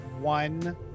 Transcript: one